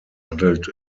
handelt